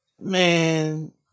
Man